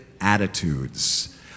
attitudes